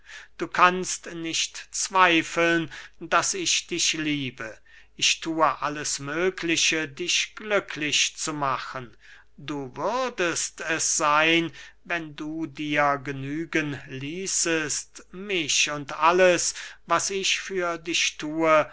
du kannst nicht zweifeln daß ich dich liebe ich thue alles mögliche dich glücklich zu machen du würdest es seyn wenn du dir genügen ließest mich und alles was ich für dich thue